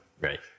Right